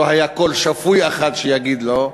לא היה קול שפוי אחד שיגיד לא.